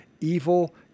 evil